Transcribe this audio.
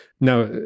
Now